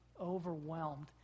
overwhelmed